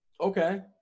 Okay